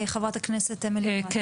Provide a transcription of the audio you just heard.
חברת הכנסת אמילי מואטי, בבקשה.